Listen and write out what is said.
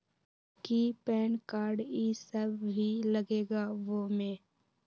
कि PAN card इ सब भी लगेगा वो में?